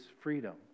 freedom